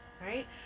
right